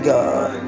God